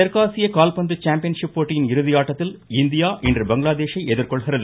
தெற்காசிய கால்பந்து சாம்பியன்ஷிப் போட்டியின் இறுதியாட்டத்தில் இந்தியா இன்று பங்களாதேஷை எதிர்கொள்கிறது